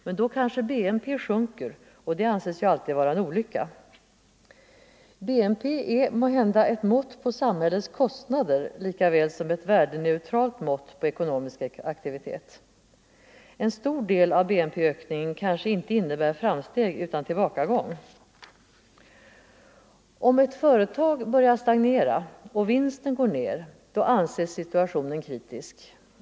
Men då kanske BNP sjunker, och det anses ju alltid vara en olycka. BNP är måhända ett mått på samhällets kostnader lika väl som ett värdeneutralt mått på ekonomisk aktivitet. En stor del av BNP-ökningen kanske inte innebär framsteg utan tillbakagång. Om ett företag börjar stagnera och vinsten går ned anses situationen kritisk.